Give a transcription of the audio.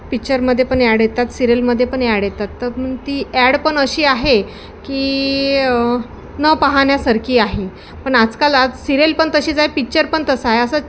पिचरमध्ये पण ॲड येतात सिरियलमध्ये पण ॲड येतात त प ती ॲड पण अशी आहे की न पाहण्यासारखी आहे पण आजकाल आज सिरियल पण तशीच आहे पिक्चर पण तसं आहे असं